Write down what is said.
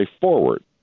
forward